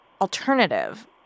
alternative